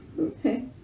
Okay